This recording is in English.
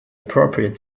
appropriate